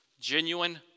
genuine